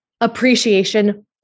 appreciation